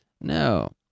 No